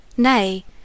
Nay